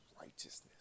righteousness